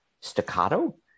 staccato